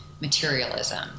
materialism